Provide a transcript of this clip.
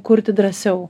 kurti drąsiau